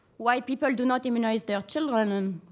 why people do not immunize their children and